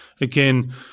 again